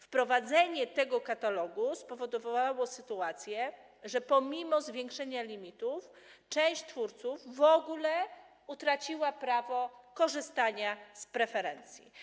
Wprowadzenie tego katalogu spowodowało, że pomimo zwiększenia limitu część twórców w ogóle utraciła prawo korzystania z preferencji.